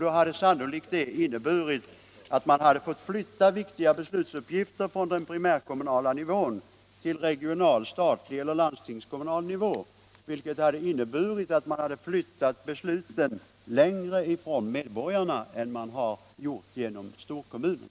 Det hade då sannolikt inneburit att man hade fått flytta viktiga beslutsuppgifter från den primärkommunala nivån till regional statlig eller landstingskommunal nivå, vilket hade inneburit att man hade flyttat besluten längre från medborgarna än man har gjort genom storkommunen.